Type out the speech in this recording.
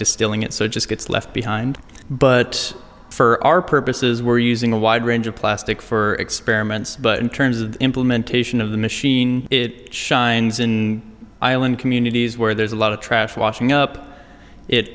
distilling it so it just gets left behind but for our purposes we're using a wide range of plastic for experiments but in terms of implementation of the machine it shines in ireland communities where there's a lot of trash washing up it